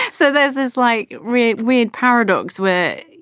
so this is like really weird paradox we're